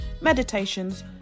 meditations